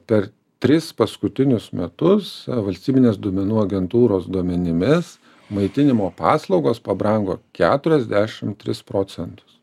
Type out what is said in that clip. per tris paskutinius metus valstybinės duomenų agentūros duomenimis maitinimo paslaugos pabrango keturiasdešim tris procentus